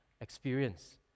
experience